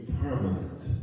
permanent